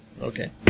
Okay